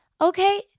Okay